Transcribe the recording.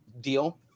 deal